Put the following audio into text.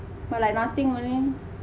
but like nothing only